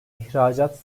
ihracat